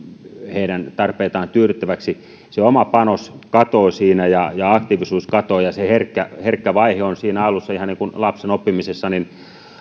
heidän tarpeitaan tyydyttäväksi se oma panos ja ja aktiivisuus katoavat siinä ja se herkkä herkkä vaihe on siinä alussa ihan niin kuin lapsen oppimisessa